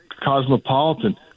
cosmopolitan